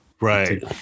Right